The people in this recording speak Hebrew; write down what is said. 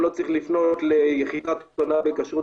הוא לא צריך לפנות ליחידת ההונאה בכשרות